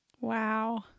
Wow